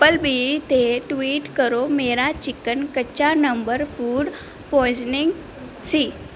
Appleby 'ਤੇ tweet ਕਰੋ ਮੇਰਾ ਚਿਕਨ ਕੱਚਾ ਨੰਬਰ ਫੂਡ ਪੋਇਜ਼ਨਿੰਗ ਸੀ